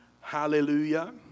Hallelujah